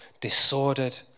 disordered